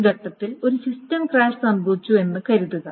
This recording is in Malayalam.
ഈ ഘട്ടത്തിൽ ഒരു സിസ്റ്റം ക്രാഷ് സംഭവിച്ചുവെന്ന് കരുതുക